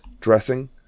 dressing